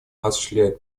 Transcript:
осуществляет